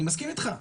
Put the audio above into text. אני מסכים איתך,